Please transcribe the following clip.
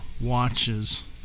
watches